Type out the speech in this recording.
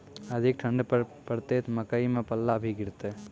अधिक ठंड पर पड़तैत मकई मां पल्ला भी गिरते?